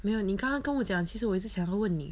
没有你刚刚跟我讲其实我一直想要问你